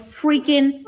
freaking